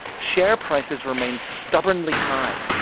share prices remained stubbornly high.